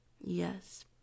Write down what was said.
Yes